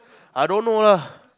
I don't know ah